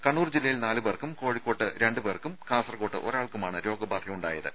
കണ്ണൂർ ജില്ലയിൽ നാല് പേർക്കും കോഴിക്കോട്ട് രണ്ട് പേർക്കും കാസർകോട്ട് ഒരാൾക്കുമാണ് രോഗബാധയുണ്ടായത്